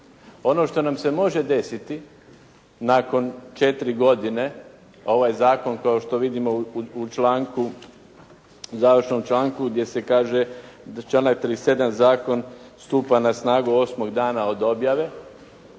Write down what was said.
Ono što nam se može desiti, nakon četiri godine, ovaj zakon kao što vidimo u članku, završnom članku gdje se kaže da članak 37. zakon stupa na snagu 8-og dana od objave,